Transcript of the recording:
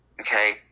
Okay